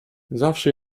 zawsze